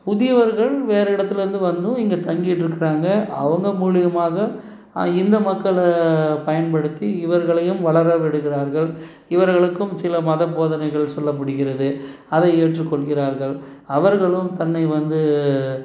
புதியவர்கள் வேறே இடத்திலேர்ந்து வந்தும் இங்க தங்கிக்கிட்டுருக்குறாங்க அவங்க மூலிமாக இந்துமக்களை பயன்படுத்தி இவர்களையும் வளரவிடுகிறார்கள் இவர்களுக்கும் சில மத போதனைகள் சொல்லப்படுகிறது அதை ஏற்றுக்கொள்கிறார்கள் அவர்களும் தன்னை வந்து